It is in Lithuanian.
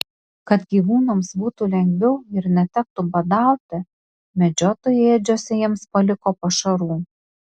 kad gyvūnams būtų lengviau ir netektų badauti medžiotojai ėdžiose jiems paliko pašarų